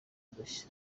udushya